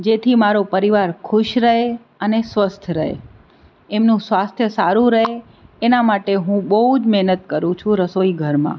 જેથી મારો પરિવાર ખુશ રહે અને સ્વસ્થ રહે એમનું સ્વાસ્થ્ય સારું રહે એના માટે હું બહુ જ મહેનત કરું છું રસોઈ ઘરમાં